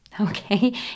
okay